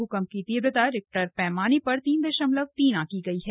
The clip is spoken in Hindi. भूकंप की तीव्रता रिक्टर पैमाने पर तीन दशमलव तीन आंकी गई है